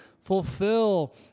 fulfill